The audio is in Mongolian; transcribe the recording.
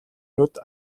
нүд